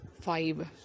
Five